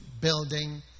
building